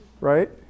right